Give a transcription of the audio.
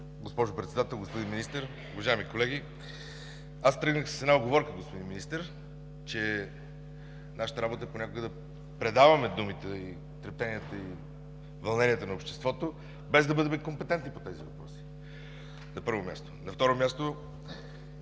Госпожо Председател, господин Министър, уважаеми колеги! Аз тръгнах с една уговорка, господин Министър, че нашата работа понякога е да предаваме думите, трептенията и вълненията на обществото, без да бъдем компетентни по тези въпроси, на първо място. На второ място,